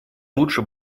лучше